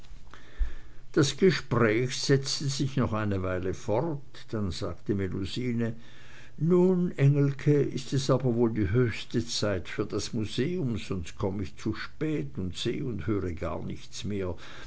das gespräch setzte sich noch eine weile fort dann sagte melusine nun engelke ist es aber wohl die höchste zeit für das museum sonst komm ich zu spät und seh und höre gar nichts mehr